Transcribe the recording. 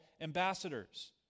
ambassadors